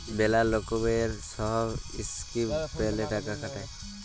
ম্যালা লকমের সহব ইসকিম প্যালে টাকা খাটায়